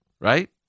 Right